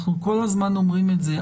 אנחנו כל הזמן אומרים את זה,